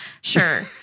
Sure